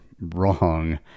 wrong